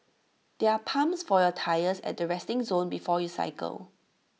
there are pumps for your tyres at the resting zone before you cycle